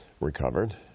recovered